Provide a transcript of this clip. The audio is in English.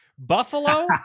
Buffalo